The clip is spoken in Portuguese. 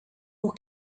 por